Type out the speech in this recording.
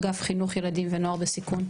אגף חינוך ילדים ונוער בסיכון,